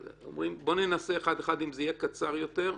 בוא ננסה אחד אחד אם זה יהיה קצר יותר.